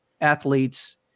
athletes